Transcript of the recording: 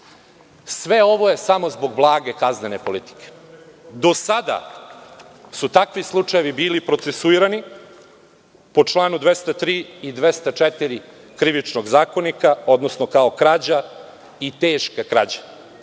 ovo je samo zbog blage kaznene politike. Do sada su takvi slučajevi bili procesuirani po čl. 203. i 204. Krivičnog zakonika, odnosno kao krađa i teška krađa.